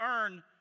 earn